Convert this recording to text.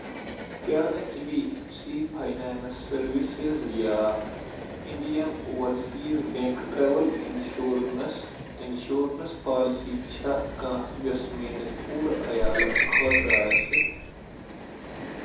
کیٛاہ H D F C finance services یا Indian overseas bank travel insurance insurance policy چھےٚ کانٛہہ یۄس میٲنِس پوٗرٕ عیالَس خٲطرٕ آسہِ؟